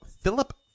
philip